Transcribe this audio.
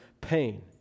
pain